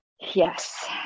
Yes